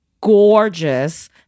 gorgeous